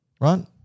right